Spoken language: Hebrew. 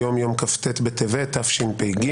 היום יום כ"ט בטבת תשפ"ג.